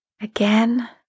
again